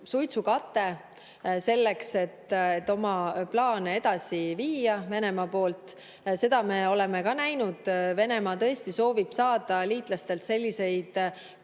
suitsukate selleks, et oma plaane edasi viia – Venemaa poolt. Seda me oleme ka näinud, et Venemaa tõesti soovib saada liitlastelt selliseid